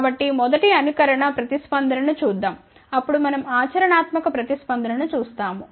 కాబట్టి మొదటి అనుకరణ ప్రతిస్పందన ను చూద్దాం అప్పుడు మనం ఆచరణాత్మక ప్రతిస్పందన ను చూస్తాము